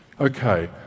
Okay